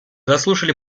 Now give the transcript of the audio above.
заслушали